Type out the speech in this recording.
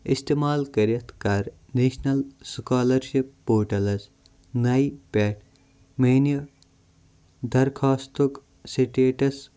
اِستعمال کٔرِتھ کَر نیشنٛل سُکالرشِپ پورٹٕلس نَیہِ پٮ۪ٹھ میٛانہِ درخواستُک سِٹیٹس